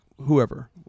whoever